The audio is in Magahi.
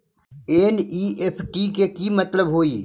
एन.ई.एफ.टी के कि मतलब होइ?